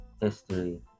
history